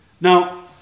Now